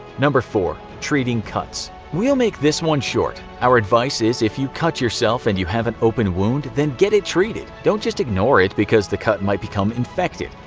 four. treating cuts we'll make this one short. our advice is, if you cut yourself and you have an open wound, then get it treated. don't just ignore it, because the cut might become infected.